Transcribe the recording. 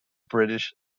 british